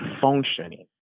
functioning